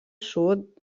sud